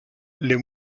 les